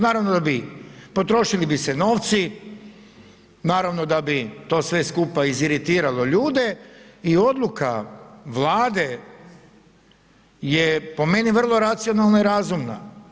Naravno da bi, potrošili bi se novci, naravno da bi to sve skupa iziritiralo ljude i odluka Vlade je po meni vrlo racionalna i razumna.